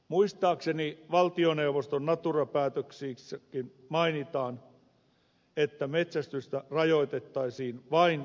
muistaakseni valtioneuvoston natura päätöksissäkin mainitaan että metsästystä rajoitettaisiin vain poikkeustapauksissa